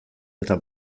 eta